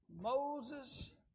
Moses